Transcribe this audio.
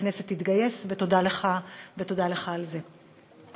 הכנסת תתגייס, ותודה לך על זה.